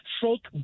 fake